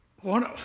One